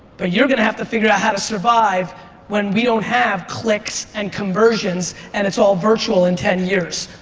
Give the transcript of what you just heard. but you're gonna have to figure out how to survive when we don't have have clicks and conversions and it's all virtual in ten years.